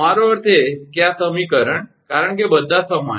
મારો અર્થ એ છે કે આ સમીકરણ કારણ કે બધા સમાન છે